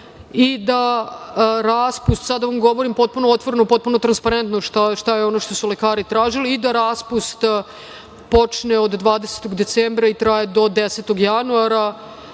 štaba. Sada vam govorim potpuno otvoreno, potpuno transparentno, šta je ono što su lekari tražili, i da raspust počne od 20 decembra i traje do 10. januara. Mi